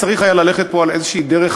צריך היה ללכת פה על איזושהי דרך